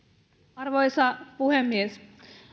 arvoisa puhemies